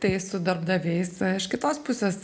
tai su darbdaviais iš kitos pusės